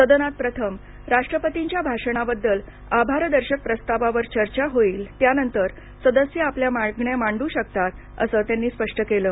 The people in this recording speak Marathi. सदनात प्रथम राष्ट्रपतीच्या भाषणाबद्दल आभारदर्शक प्रस्तावावर चर्चा होईल त्यानंतर सदस्य आपल्या मागण्या मांडू शकतात असं त्यांनी स्पष्ट केलं